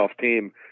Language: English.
team